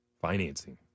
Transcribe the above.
Financing